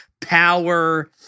power